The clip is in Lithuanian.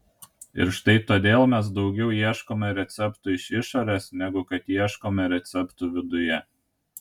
ir štai todėl mes daugiau ieškome receptų iš išorės negu kad ieškome receptų viduje